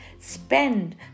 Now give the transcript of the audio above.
spend